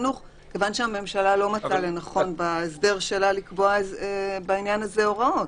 חינוך כיוון שהממשלה לא מצאה לנכון בהסדר שלה לקבוע בעניין הזה הוראות.